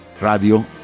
Radio